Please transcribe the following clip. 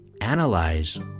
analyze